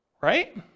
right